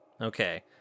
Okay